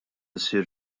issir